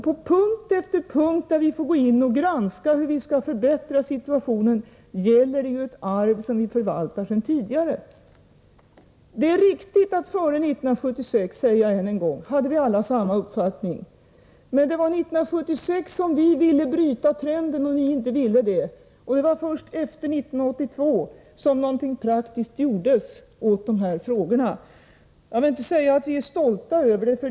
På punkt efter punkt där vi får gå in och granska hur vi skall förbättra situationen är det fråga om ett arv som vi förvaltar sedan tidigare. Det är riktigt att vi före 1976 — det säger jag än en gång — alla hade samma uppfattning. Det var emellertid 1976 som vi ville bryta trenden och ni inte ville det. Det var först efter 1982 som någonting praktiskt gjordes åt de här frågorna. Jag vill inte säga att vi är stolta över detta.